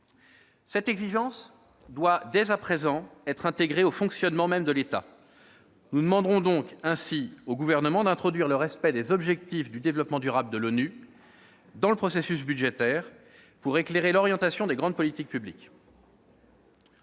Cette exigence doit dès à présent être intégrée au fonctionnement même de l'État. Nous demanderons ainsi au Gouvernement d'introduire le respect des « objectifs du développement durable » de l'ONU dans le processus budgétaire, pour éclairer l'orientation des grandes politiques publiques.